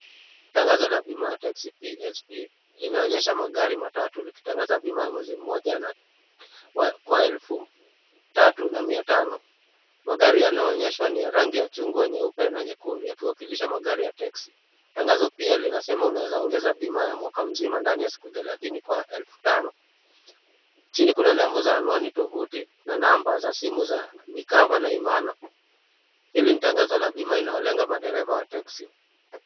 Tangazo la bima la teksi PSV inaonyesha magari matatu likitangaza bima ya mwezi mmoja kwa elfu tatu na mia tano. Magari yanayonyeshwa ni ya rangi ya chungwa, nyeupe, na nyekundu ya kiwakilisha magari ya teksi. Tangazo pia linasema unaweza ongeza bima ya mwaka mzima ndani ya siku thelathini kwa elfu tano. Chini kuna nembo za anwani tovuti na namba za simu za mikava na imana . Hili ni tangazo la bima linalolenga madereva wa teksi.